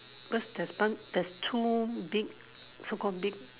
just there's one there's two big so call big